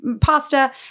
pasta